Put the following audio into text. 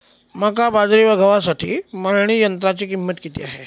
मका, बाजरी व गव्हासाठी मळणी यंत्राची किंमत किती आहे?